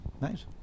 Nice